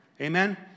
Amen